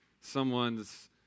someone's